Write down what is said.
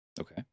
Okay